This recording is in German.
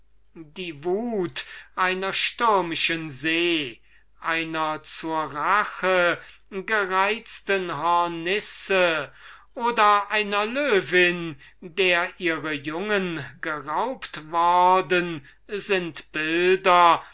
die wut einer stürmischen see einer zur rache gereizten hornisse oder einer löwin der ihre jungen geraubt worden sind nur schwache bilder